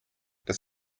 das